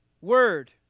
word